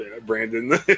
Brandon